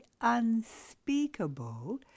unspeakable